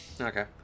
Okay